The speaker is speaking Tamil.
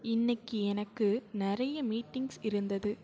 இன்றைக்கி எனக்கு நிறைய மீட்டிங்க்ஸ் இருந்தது